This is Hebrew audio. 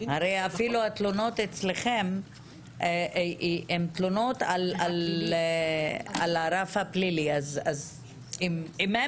הרי אפילו התלונות אצלכם הן ברף הפלילי אז אם הם